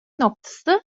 noktası